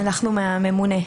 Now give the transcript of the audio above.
אנחנו מהממונה.